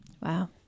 Wow